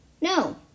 No